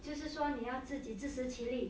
就是说你要自己自食其力